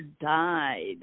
died